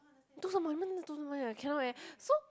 读什么 I cannot eh so